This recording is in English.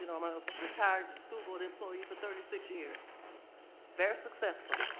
you know i'm a retired school board employee for thirty six years very successful.